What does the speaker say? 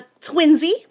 Twinsy